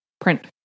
print